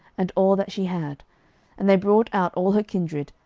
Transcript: and all that she had and they brought out all her kindred,